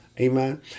Amen